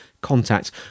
contact